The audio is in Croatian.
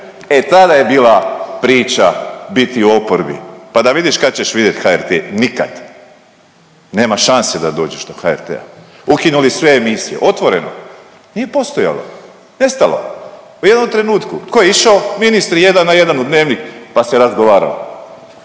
E tada je bila priča biti u oporbi pa da vidiš kad ćeš vidjeti HRT? Nikad, nema šanse da dođeš do HRT-a. Ukinuli sve emisije. Otvoreno nije postojalo, nestalo u jednom trenutku. Tko je išao? Ministri jedan na jedna u Dnevniku pa se razgovaralo.